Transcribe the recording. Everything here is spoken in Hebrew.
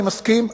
אני מסכים,